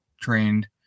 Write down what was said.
trained